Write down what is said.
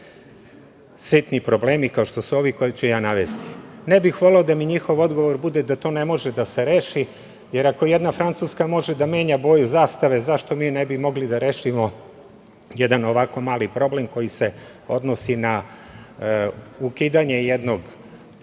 sitni problemi kao što su ovi koje ću ja navesti. Ne bih voleo da mi njihov odgovor bude da to ne može da se reši, jer ako jedna Francuska može da menja boju zastave, zašto mi ne bismo mogli da rešimo jedan ovako mali problem koji se odnosi na ukidanje jednog